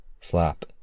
slap